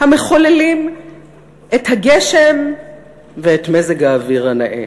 המחוללים את הגשם ואת מזג האוויר הנאה,